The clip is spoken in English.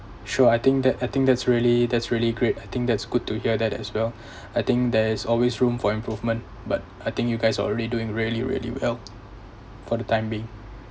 sure I think that I think that's really that's really great I think that's good to hear that as well I think there's always room for improvement but I think you guys are already doing really really well for the time being